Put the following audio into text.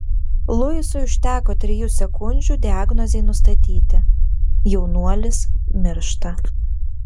luisui užteko trijų sekundžių diagnozei nustatyti jaunuolis miršta